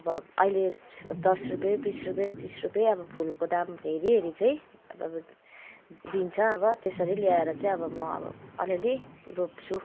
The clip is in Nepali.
अब अहिले दस रुपियाँ बिस रुपियाँ तिस रुपियाँ अब फुलको दाम हेरी हेरी चाहिँ अब दिन्छ अब त्यसरी ल्याएर चाहिँ अब म अलिअलि रोप्छु